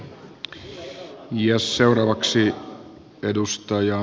arvoisa puhemies